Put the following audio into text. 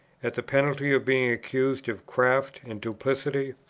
at the penalty of being accused of craft and duplicity?